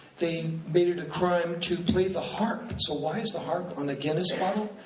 they made it a crime to play the harp. and so why is the harp on the guinness bottle?